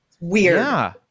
Weird